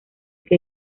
que